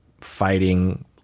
fighting